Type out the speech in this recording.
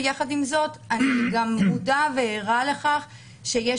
יחד עם זאת אני גם מודעת וערה לכך שיש